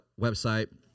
website